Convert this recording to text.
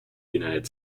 united